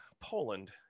Poland